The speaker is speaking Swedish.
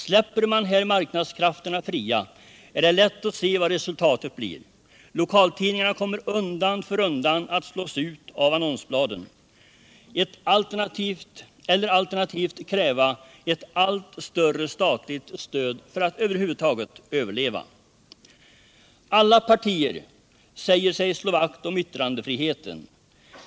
Släpper man här marknadskrafterna fria är det lätt att se vad resultatet blir: lokaltidningarna kommer undan för undan att slås ut av annonsbladen, eller alternativt kräva ett allt större statligt stöd för att över huvud taget överleva. Alla partier säger sig slå vakt om yttrandefriheten.